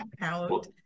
out